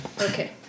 Okay